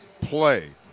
play